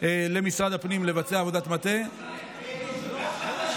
למשרד הפנים לבצע עבודת מטה, לא, לא.